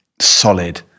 solid